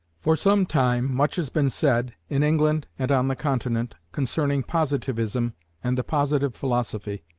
for some time much has been said, in england and on the continent, concerning positivism and the positive philosophy.